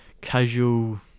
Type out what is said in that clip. casual